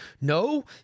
No